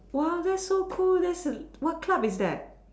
!wow! that's so cool that's a what club is that